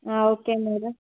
okay madam